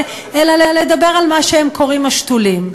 אלא לדבר על מה שהם קוראים "השתולים".